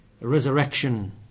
resurrection